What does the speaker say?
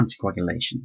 anticoagulation